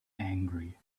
angry